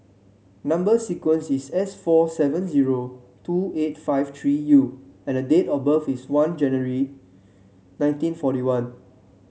number sequence is S four seven zero two eight five three U and date of birth is one January nineteen forty one